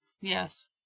Yes